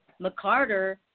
McCarter